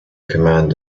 command